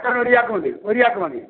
ഏക്കറിന് ഒരു ചാക്ക് മതി ഒരു ചാക്ക് മതി